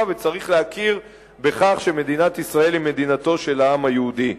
להכיר בכך שמדינת ישראל היא מדינתו של העם היהודי.